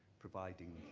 providing